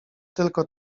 tylko